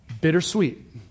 bittersweet